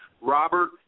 Robert –